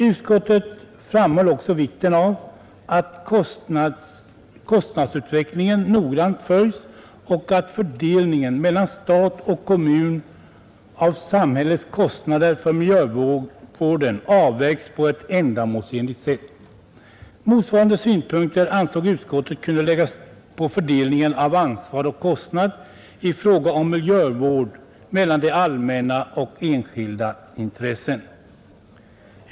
Utskottet framhöll också vikten av att kostnadsutvecklingen noggrant följs och att fördelningen mellan stat och kommun av samhällets kostnader för miljövården avvägs på ett ändamålsenligt sätt. Motsvarande synpunkter ansåg utskottet kunde läggas på fördelningen av ansvar och kostnad i fråga om miljövård mellan det allmänna och enskilda intressen.